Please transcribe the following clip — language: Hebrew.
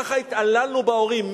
וכך התעללנו בהורים.